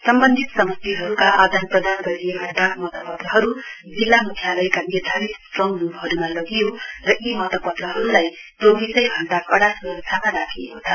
सम्वन्धित समष्टिहरूका आदान प्रदान गरिएका डाक मतपत्रहरू जिल्ला मुख्यालयका निर्धारित स्ट्रङ रूमहरूमा लगियो र यी मतपत्रहरूलाई चौविसै घण्डामा कड़ा स्रक्षामा राखिएको छ